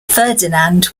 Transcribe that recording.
ferdinand